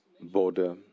border